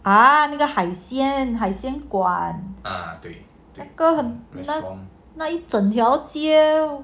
啊那个海鲜海鲜馆那一整条街